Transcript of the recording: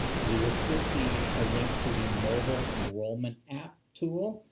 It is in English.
you will still see a link to the mobile enrollment app tool,